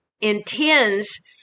intends